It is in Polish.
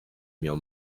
miał